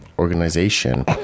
Organization